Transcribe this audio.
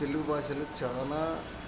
తెలుగు భాషలో చాలా